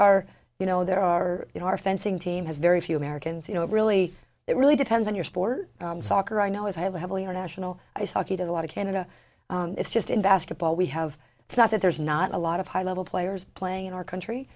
are you know there are you know are fencing team has very few americans you know really it really depends on your sport soccer i know as i have heavily on national ice hockey to the lot of canada it's just in basketball we have it's not that there's not a lot of high level players playing in our country